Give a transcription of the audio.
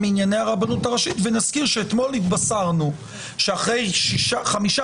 מענייני הרבנות הראשית ונאמר שאתמול התבשרנו שאחרי חמישה